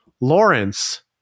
Lawrence